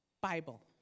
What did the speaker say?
Bible